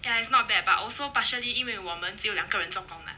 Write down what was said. ya it's not bad but also partially 因为我们只有两个人做工 lah